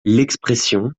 l’expression